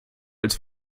als